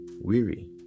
weary